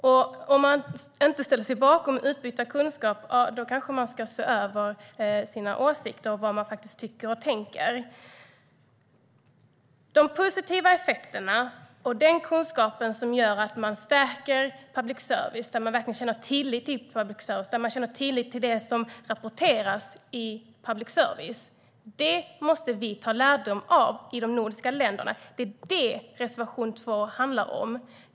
Om man inte ställer sig bakom utbyte av kunskap, ja, då kanske man ska se över sina åsikter och vad man faktiskt tycker och tänker. De positiva effekterna av den kunskap som gör att man stärker public service och där man känner tillit till public service och till det som rapporteras måste vi i de nordiska länderna ta lärdom av. Det är det som reservation 2 handlar om.